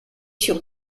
sur